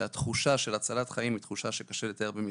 שהתחושה של הצלת חיים היא תחושה שקשה לתאר במילים.